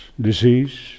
disease